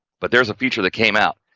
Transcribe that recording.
but there's a feature that came out,